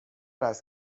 است